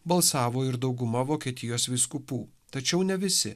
balsavo ir dauguma vokietijos vyskupų tačiau ne visi